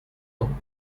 ans